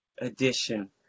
edition